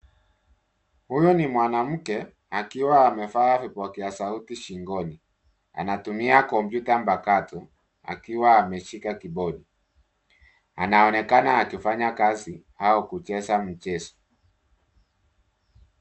Huyu ni mwanamke akiwa amevaa vipokea sauti shingoni. Anatumia kompyuta mpakato akiwa ameshika kibodi. Anaonekana akifanya kazi au kuchezea mchezo.